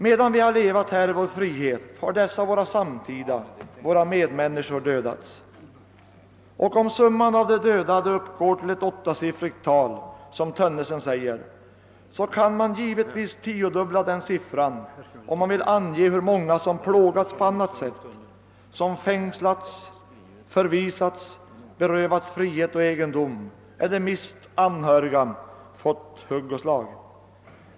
Medan vi levat här i vår frihet har dessa våra samtida, våra medmänniskor dödats. Och om summan av de dödade uppgår till ett åttasiffrigt tal, som Tönnesen säger, så kan man givetvis tiodubbla den siffran, om man vili ange hur många som plågats på annat sätt, som fängslats, förvisats, berövats frihet och egendom eller mist anhöriga, fått hugg och slag.